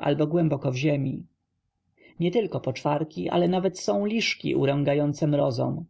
albo głęboko w ziemi nie tylko poczwarki ale nawet są liszki urągające mrozom